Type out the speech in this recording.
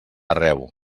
arreu